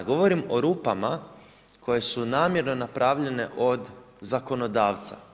Govorim o rupama koje su namjerno napravljene od zakonodavca.